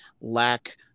lack